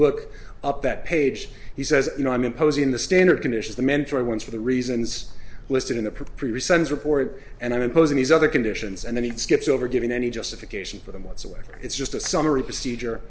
look up that page he says you know i'm imposing the standard conditions the mentor wants for the reasons listed in the previous son's report and i'm imposing these other conditions and then he skips over giving any justification for them whatsoever it's just a summary procedure